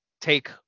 take